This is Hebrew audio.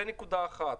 זאת נקודה אחת.